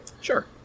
Sure